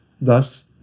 Thus